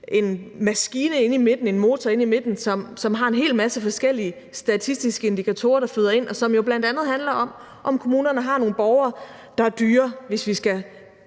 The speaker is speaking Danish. en maskine inde i midten, en motor inde i midten, som har en hel masse forskellige statistiske indikatorer, der flyder ind, og som jo bl.a. handler om, om kommunerne har nogle borgere, der er dyre, hvis vi skal